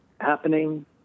happening